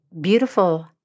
beautiful